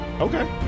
okay